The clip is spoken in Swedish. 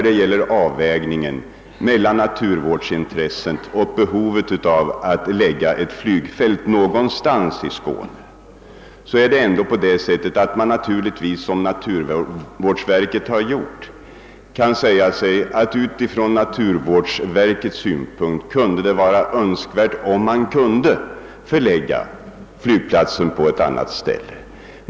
Beträffande avvägningen mellan naturvårdsintressena och behovet av att förlägga ett flygfält någonstans i Skåne kan man naturligtvis, som naturvårdsverket också gjort, säga sig att det från naturvårdsverkets synpunkt kunde ha varit önskvärt att om möjligt förlägga flygplatsen till ett annat ställe.